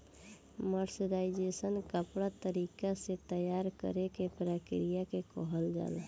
mercerisation कपड़ा तरीका से तैयार करेके प्रक्रिया के कहल जाला